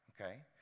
okay